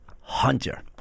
hunter